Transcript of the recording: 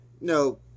no